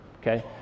okay